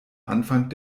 anfang